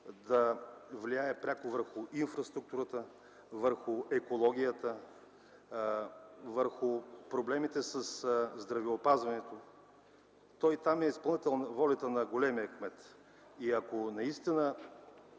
да влияе пряко върху инфраструктурата, върху екологията, върху проблемите със здравеопазването. Там той е изпълнител на волята на големия кмет. Ако не